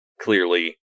clearly